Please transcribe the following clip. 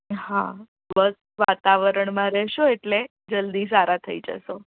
હા બસ વાતાવરણમાં રહેશો એટલે જલદી સારા થઈ જશો